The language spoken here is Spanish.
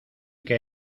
que